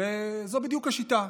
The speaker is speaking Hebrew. וזו בדיוק השיטה: